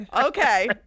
Okay